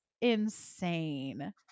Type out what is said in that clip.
insane